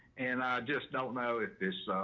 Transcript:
and i just don't know if this.